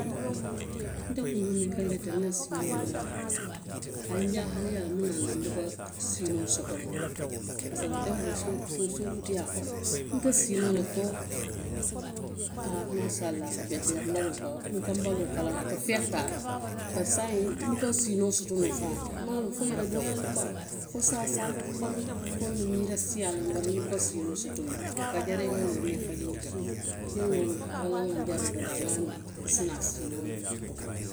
Nte kundiŋo miŋ i ka n je teŋ n na siinoo maŋ wara nuŋ a ye n jaahaliyaa le muŋ ne ye a tinna n buka siinoo soto noo pasiko wo tenboo sunkutu, sunkutuyaa kono, n ka siinoo fo aa maasalaahu a ka beteyaa n baloo ka beteyaa n baloo ka beteyaa n ka baloo kalŋo a ka feehe daali loŋ bari saayiŋ, n buka siinoo soto noo faŋo ke n maŋ a loŋ fo yele dooyaa loŋ baŋ fo saasaa loŋ baŋ fo duŋ miira siyaa loŋ bari n buka siinoo soto noo a jari n ŋa loorio fajindi suutoo niŋ n ŋa wo miŋ walla n ŋa njaroo dadaa n ŋa a miŋ, n si naa siinoo noo.